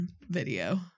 video